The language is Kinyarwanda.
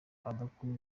adakwiye